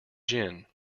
gin